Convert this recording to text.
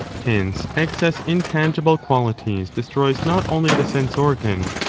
hence excess in tangible qualities destroys not only the sense-organ,